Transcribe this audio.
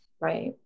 Right